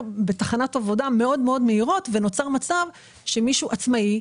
בתחנות עבודה מאוד מאוד מהירות ונוצר מצב שמי שהוא עצמאי,